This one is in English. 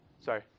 sorry